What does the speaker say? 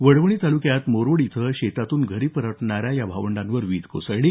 वडवणी तालुक्यात मोरवड इथं शेतातून घरी येणाऱ्या या भावंडावर वीज कोसळली